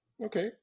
Okay